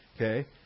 Okay